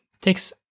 takes